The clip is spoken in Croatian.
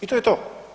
I to je to.